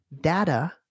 data